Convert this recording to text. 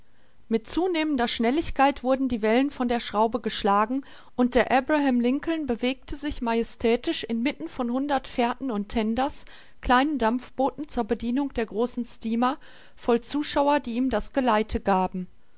mit zunehmender schnelligkeit wurden die wellen von der schraube geschlagen und der abraham lincoln bewegte sich majestätisch inmitten von hundert fährten und tenders voll zuschauer die ihm das geleite gaben